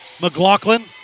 McLaughlin